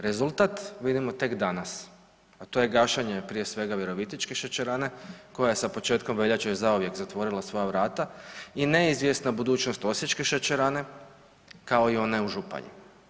Rezultat vidimo tek danas, a to je gašenje prije svega virovitičke šećerane koja je sa početkom veljače zauvijek zatvorila svoja vrata i neizvjesna budućnost osječke šećerane kao i one u Županji.